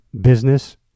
business